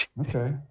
Okay